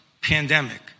pandemic